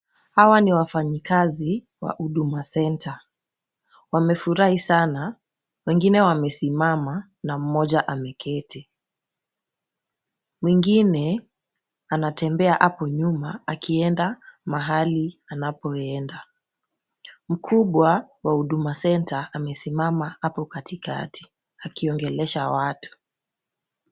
Hawa ni wafanyikazi wa Huduma Center . Wamefurahi sana, wengine wamesimama na mmoja ameketi. Mwingine anatembea hapo nyuma akienda mahali anapoenda. Mkubwa wa Huduma Center amesimama hapo katikati akiongelesha watu.